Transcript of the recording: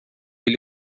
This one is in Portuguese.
ele